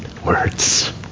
Words